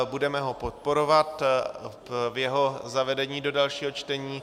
Budeme ho podporovat v jeho zavedení do dalšího čtení.